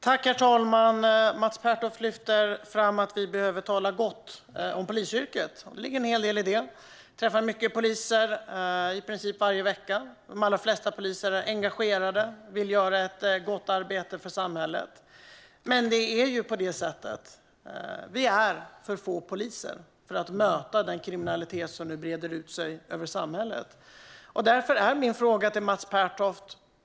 Herr talman! Mats Pertoft lyfter fram att vi behöver tala gott om polisyrket. Det ligger en hel del i det. Jag träffar många poliser, i princip varje vecka. De allra flesta poliser är engagerade och vill göra ett gott arbete för samhället, men det finns för få poliser för att de ska kunna möta den kriminalitet som breder ut sig i samhället. Jag har därför ett par frågor till Mats Pertoft.